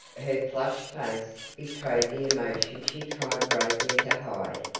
her flushed face betrayed the emotion she tried bravely to hide,